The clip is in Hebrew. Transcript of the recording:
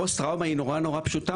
הפוסט-טראומה היא נורא נורא פשוטה,